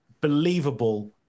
believable